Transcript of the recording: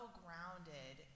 grounded